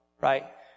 Right